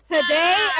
Today